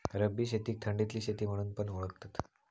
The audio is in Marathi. रब्बी शेतीक थंडीतली शेती म्हणून पण ओळखतत